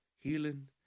healing